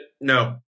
no